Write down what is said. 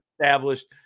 established